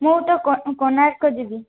ମୁଁ ତ କୋଣାର୍କ ଯିବି